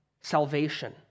salvation